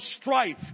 strife